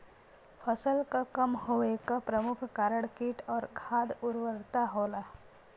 फसल क कम होवे क प्रमुख कारण कीट और खाद उर्वरता होला